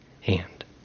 hand